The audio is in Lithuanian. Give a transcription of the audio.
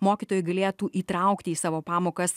mokytojai galėtų įtraukti į savo pamokas